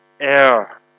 air